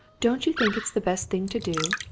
don't you think it's the best thing to do?